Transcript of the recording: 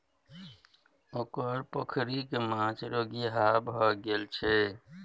ओकर पोखरिक माछ रोगिहा भए गेल छै